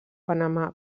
panamà